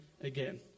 again